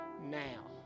now